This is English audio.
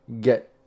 get